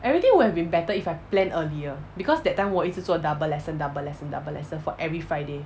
everything would have been better if I plan earlier because that time 我一直做 double lesson double lesson double lesson for every friday